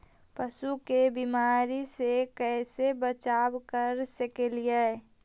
पशु के बीमारी से कैसे बचाब कर सेकेली?